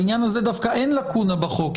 בעניין הזה דווקא אין לקונה בחוק,